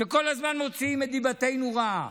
שכל הזמן מוציאים את דיבתנו רעה,